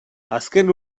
azken